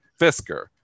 Fisker